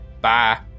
Bye